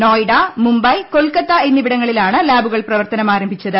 നോയിഡ മുംബൈ കൊൽക്കത്ത എന്നിവിടങ്ങളിലാണ് ലാബുകൾ പ്രവർത്തനമാ രംഭിച്ചത്